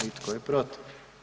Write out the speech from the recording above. I tko je protiv?